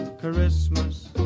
christmas